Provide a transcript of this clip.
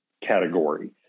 category